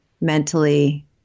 mentally